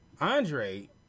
Andre